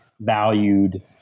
valued